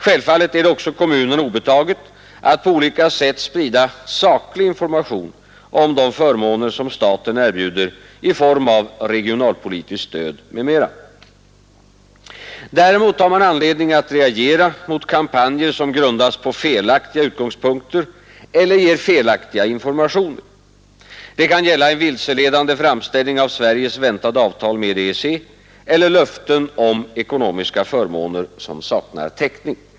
Självfallet är det också kommunerna obetaget att på olika sätt sprida saklig information om de förmåner som staten erbjuder i form av regionalpolitiskt stöd m.m. Däremot har man anledning att reagera mot kampanjer som grundas på felaktiga utgångspunkter eller ger felaktiga informationer. Det kan gälla vilseledande framställning av Sveriges väntade avtal med EEC eller löften om ekonomiska förmåner som saknar täckning.